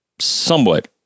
somewhat